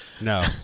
No